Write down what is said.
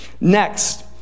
Next